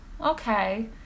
okay